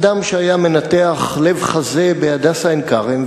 אדם שהיה מנתח לב-חזה ב"הדסה עין-כרם",